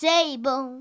Table